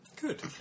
Good